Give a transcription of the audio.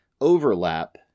overlap